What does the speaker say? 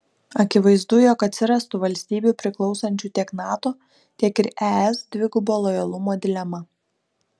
akivaizdu jog atsirastų valstybių priklausančių tiek nato tiek ir es dvigubo lojalumo dilema